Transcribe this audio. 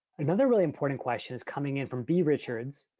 another really important question is coming in from b. richards.